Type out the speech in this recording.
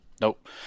Nope